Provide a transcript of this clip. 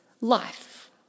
life